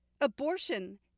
Abortion